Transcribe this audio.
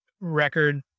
record